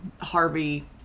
Harvey